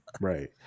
right